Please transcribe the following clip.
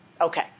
Okay